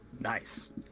nice